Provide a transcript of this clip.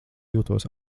jūtos